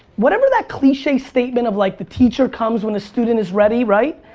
whatever that cliche statement of like the teacher comes when the student is ready, right?